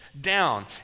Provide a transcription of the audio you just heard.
down